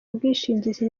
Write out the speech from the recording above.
bwishingizi